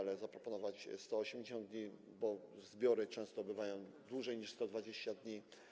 Chcemy zaproponować tu 180 dni, bo zbiory często bywają dłuższe niż 120 dni.